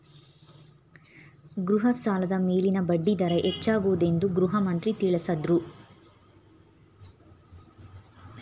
ಗೃಹ ಸಾಲದ ಮೇಲಿನ ಬಡ್ಡಿ ದರ ಹೆಚ್ಚಾಗುವುದೆಂದು ಗೃಹಮಂತ್ರಿ ತಿಳಸದ್ರು